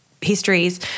histories